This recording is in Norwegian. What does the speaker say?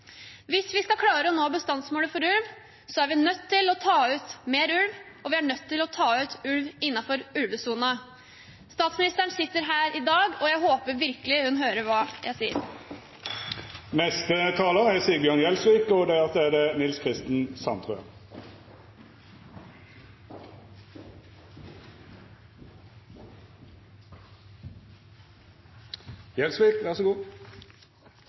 Hvis vi skal klare å nå bestandsmålet for ulv, er vi nødt til å ta ut mer ulv, og vi er nødt til å ta ut ulv innenfor ulvesonen. Statsministeren sitter her i dag. Jeg håper virkelig hun hører hva jeg sier.